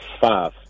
five